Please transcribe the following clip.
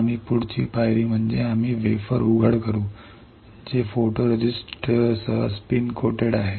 आम्ही पुढची पायरी म्हणजे आम्ही वेफर उघड करू जे फोटोरिस्टिस्टसह स्पिन लेपित आहे